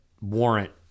warrant